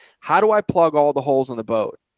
how do i plug all the holes in the boat?